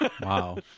Wow